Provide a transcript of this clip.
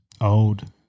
Old